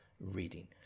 reading